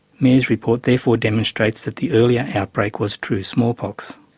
mair's report therefore demonstrates that the earlier outbreak was true smallpox.